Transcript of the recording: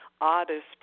oddest